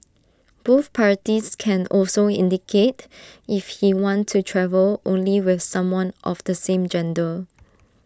both parties can also indicate if he want to travel only with someone of the same gender